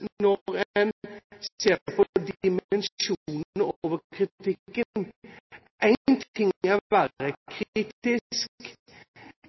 når en ser på dimensjonen over kritikken. Én ting er å være